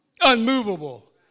unmovable